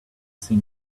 see